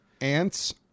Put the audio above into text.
ants